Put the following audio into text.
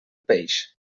peix